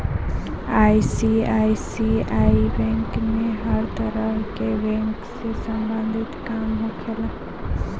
ICICI bank में हर तरह के बैंक से सम्बंधित काम होखेला